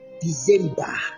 December